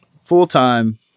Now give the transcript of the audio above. full-time